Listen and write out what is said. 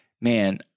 man